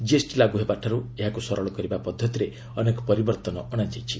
GST ଲାଗୁ ହେବାଠାରୁ ଏହାକୁ ସରଳ କରିବା ପଦ୍ଧତିରେ ଅନେକ ପରିବର୍ତ୍ତନ ଅଣାଯାଇଛି